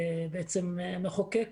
המחוקק,